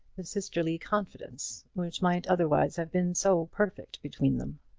the sisterly confidence, which might otherwise have been so perfect between them?